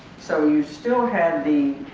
so you still had the